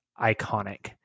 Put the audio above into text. iconic